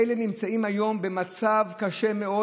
אלה נמצאים היום במצב קשה מאוד.